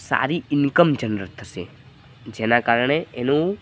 સારી income generate થશે જેના કારણે એનું